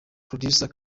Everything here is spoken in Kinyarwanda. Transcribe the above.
producer